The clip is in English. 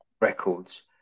records